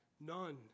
none